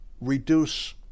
reduce